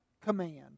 command